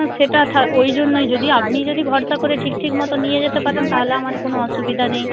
সেটা ওই জন্যই যদি আপনি যদি ভরসা করে ঠিক ঠিক মতো নিয়ে যেতে পারেন তাহলে আমার কোনো অসুবিধা নেই